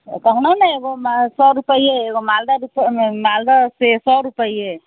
कहलहुँ ने एगो मा सए रुपैये एगो मालदह बिकैत मालदह से सए रुपैये